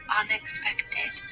unexpected